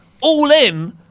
all-in